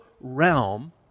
Realm